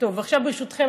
ברשותכם,